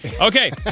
Okay